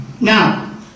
Now